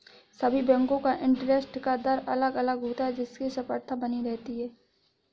सभी बेंको का इंटरेस्ट का दर अलग अलग होता है जिससे स्पर्धा बनी रहती है